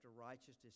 righteousness